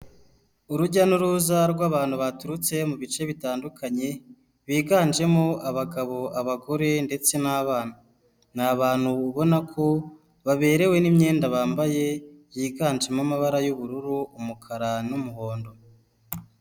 Urujya n'uruza rw'abantu baturutse mu bice bitandukanye, biganjemo abagabo, abagore ndetse n'abana. Ni abantu babona ko baberewe n'imyenda bambaye, yiganzemo amabara y'ubururu, umukara n'umuhondo.